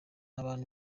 abantu